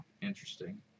interesting